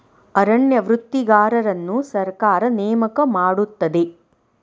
ಅರಣ್ಯ ವೃತ್ತಿಗಾರರನ್ನು ಸರ್ಕಾರ ನೇಮಕ ಮಾಡುತ್ತದೆ